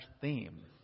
theme